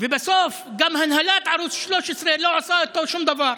ובסוף הנהלת ערוץ 13 לא עושה איתו שום דבר.